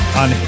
on